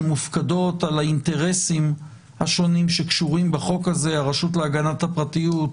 שמופקדות על האינטרסים השונים שקשורים בחוק הזה הרשות להגנת הפרטיות,